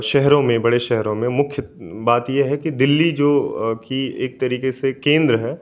शहरों में बड़े शहरों में मुख्य बात यह है कि दिल्ली जो की एक तरीके से केंद्र है